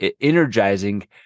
energizing